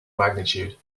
magnitude